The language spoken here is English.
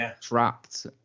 trapped